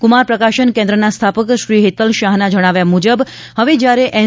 કુમાર પ્રકાશન કેન્દ્રના સ્થાપક શ્રી હેતલ શાહના જણાવ્યા મુજબ હવે જ્યારે એન